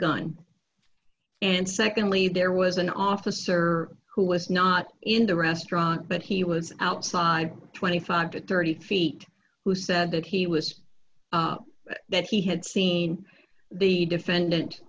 gun and secondly there was an officer who was not in the restaurant but he was outside twenty five to thirty feet who said that he was that he had seen the defendant